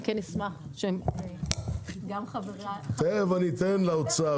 אבל הייתי מעדיפה שגם חברי האוצר --- תכף אני אתן למשרד האוצר,